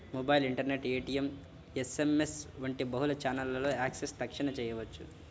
mobile, internet, ATM, SMS వంటి బహుళ ఛానెల్లలో యాక్సెస్ తక్షణ చేయవచ్చు